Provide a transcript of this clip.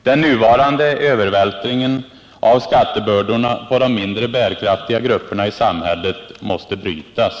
Den nuvarande övervältringen av skattebördorna på de mindre bärkraftiga grupperna i samhället måste brytas.